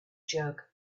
jug